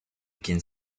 quien